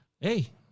hey